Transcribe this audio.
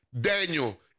Daniel